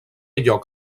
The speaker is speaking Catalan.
lloc